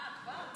אה, כבר?